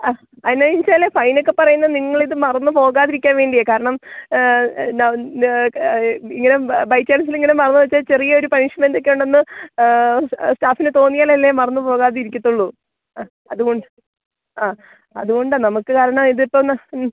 ആ അതെന്നാന്ന് ചോദിച്ചാല് ഫൈനൊക്കെ പറയുന്നത് നിങ്ങളിതു മറന്നുപോകാതിരിക്കാന് വേണ്ടിയാണ് കാരണം എന്താണ് ഇങ്ങനെ ബൈച്ചാന്സിലിങ്ങനെ മറന്നുവച്ചാല് ചെറിയൊരു പണിഷ്മെന്റൊക്കെ ഉണ്ടന്ന് സ്റ്റാഫിനു തോന്നിയാലല്ലേ മറന്നുപോകാതിരിക്കത്തുള്ളു ആ ആ അതുകൊണ്ടാണു നമുക്ക് കാരണം ഇതിപ്പോള് ഒന്ന് ഉം